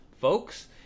Folks